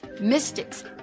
mystics